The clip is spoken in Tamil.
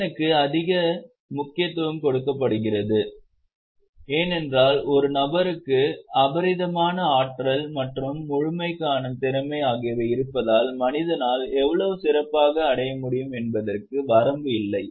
மனிதனுக்கு அதிக முக்கியத்துவம் கொடுக்கப்படுகிறது ஏனென்றால் ஒரு நபருக்கு அபரிமிதமான ஆற்றல் மற்றும் முழுமைக்கான திறமை ஆகியவை இருப்பதால் மனிதனால் எவ்வளவு சிறப்பாக அடைய முடியும் என்பதற்கு வரம்பு இல்லை